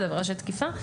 עבירה של תקיפה,